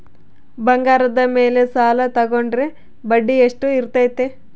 ಬಂಗಾರದ ಮೇಲೆ ಸಾಲ ತೋಗೊಂಡ್ರೆ ಬಡ್ಡಿ ಎಷ್ಟು ಇರ್ತೈತೆ?